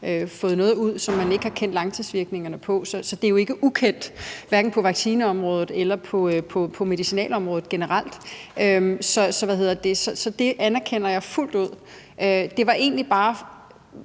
fået noget ud, som man ikke har kendt langtidsvirkningerne af. Så det er jo ikke ukendt, hverken på vaccineområdet eller på medicinalområdet generelt. Så det anerkender jeg fuldt ud. Jeg synes i hvert